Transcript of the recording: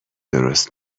درست